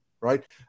right